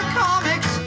comics